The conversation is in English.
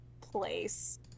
place